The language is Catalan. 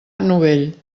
novell